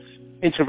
intervention